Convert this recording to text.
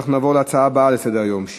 נעבור להצעה הבאה לסדר-היום, מס'